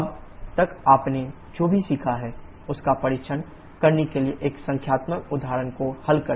अब तक आपने जो भी सीखा है उसका परीक्षण करने के लिए अब संख्यात्मक उदाहरण को हल करें